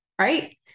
right